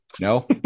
no